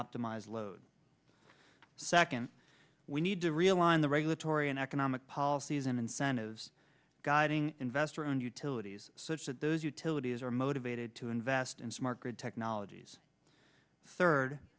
optimize load second we need to realign the regulatory and economic policies and incentives guiding investor owned utilities such that those utilities are motivated to invest in smart grid technologies third